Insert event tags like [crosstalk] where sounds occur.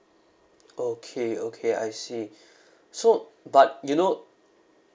okay okay I see [breath] so but you know